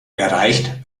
erreicht